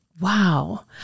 Wow